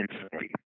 instantly